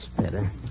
better